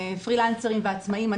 פרי לאנסרים ועצמאים.